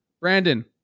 Brandon